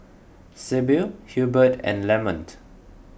Sybil Hilbert and Lamont